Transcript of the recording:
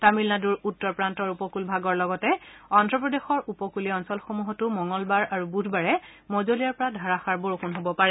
তামিলনাডুৰ উত্তৰ প্ৰান্তৰ উপকূল ভাগৰ লগতে অদ্ধপ্ৰদেশৰ উপকূলীয় অঞ্চলসমূহতো মঙলবাৰ আৰু বুধবাৰে মজলীয়াৰ পৰা ধাৰাষাৰ বৰষূণ হব পাৰে